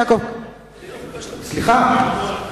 סליחה,